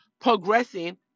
progressing